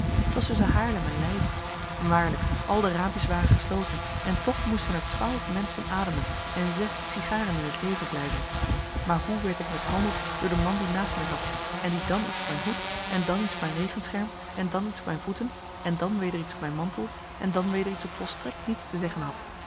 t was tusschen haarlem en leiden waarlijk al de raampjes waren gesloten en toch moesten er twaalf menschen ademen en zes sigaren in t leven blijven maar hoe werd ik mishandeld door den man die naast mij zat en die dan iets op mijn hoed en dan iets op mijn regenscherm en dan iets op mijn voeten en dan weder iets op mijn mantel en dan weder iets op volstrekt niets te zeggen had